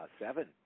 Seven